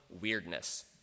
weirdness